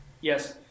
Yes